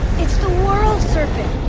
it's the world serpent!